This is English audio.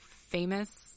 famous –